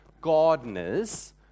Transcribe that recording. gardeners